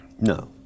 No